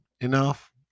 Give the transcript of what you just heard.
enough